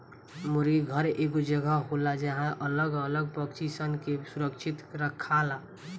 मुर्गी घर एगो जगह होला जहां अलग अलग पक्षी सन के सुरक्षित रखाला